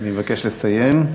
אני מבקש לסיים.